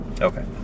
Okay